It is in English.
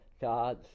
God